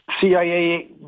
CIA